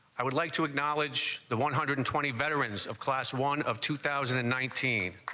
i would like to acknowledge the one hundred and twenty veterans of class one of two thousand and nineteen